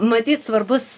matyt svarbus